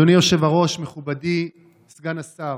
אדוני היושב-ראש, מכובדי סגן השר,